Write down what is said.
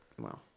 Wow